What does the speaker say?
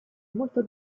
molto